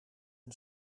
een